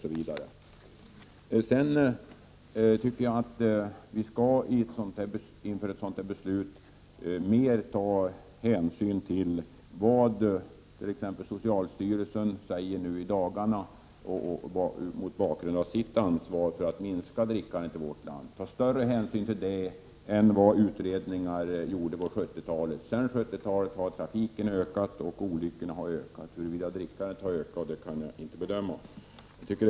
Inför ett sådant här beslut tycker jag att vi mera skall ta hänsyn till vad t.ex. socialstyrelsen i dessa dagar säger när det gäller det ansvar som man har att minska drickandet i vårt land. Ta alltså större hänsyn till det än till de utredningar som gjordes på 70-talet! Sedan 70-talet har både trafiken och antalet olyckor ökat. Huruvida drickandet har ökat eller inte kan jag inte bedöma.